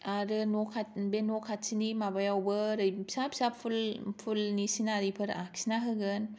आरो बे न' खाथिनि माबायावबो ओरै फिसा फिसा पुलनि सिनारिफोर आखिना होगोन